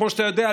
כפי שאתה יודע,